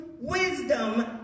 wisdom